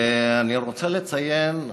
אני רוצה לציין,